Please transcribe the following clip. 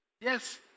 Yes